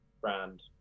brand